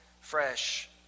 fresh